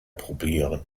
probieren